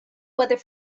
weather